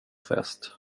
fest